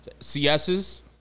CSs